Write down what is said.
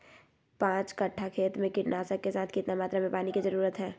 पांच कट्ठा खेत में कीटनाशक के साथ कितना मात्रा में पानी के जरूरत है?